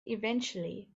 eventually